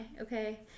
okay